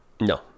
No